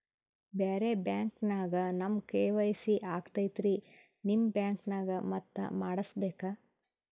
ಬ್ಯಾರೆ ಬ್ಯಾಂಕ ನ್ಯಾಗ ನಮ್ ಕೆ.ವೈ.ಸಿ ಆಗೈತ್ರಿ ನಿಮ್ ಬ್ಯಾಂಕನಾಗ ಮತ್ತ ಮಾಡಸ್ ಬೇಕ?